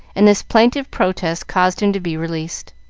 and this plaintive protest caused him to be released.